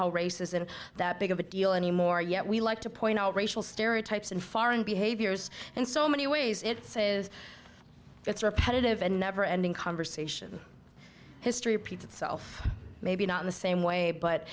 how race isn't that big of a deal anymore yet we like to point out racial stereotypes and foreign behaviors and so many ways it says it's repetitive and never ending conversation history repeats itself maybe not in the same way but